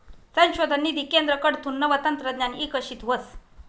संशोधन निधी केंद्रकडथून नवं तंत्रज्ञान इकशीत व्हस